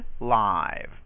live